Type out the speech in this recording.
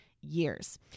years